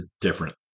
different